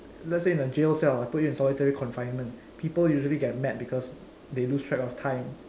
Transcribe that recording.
let's say in a jail cell I put you in a solitary confinement people usually get mad because they lose track of time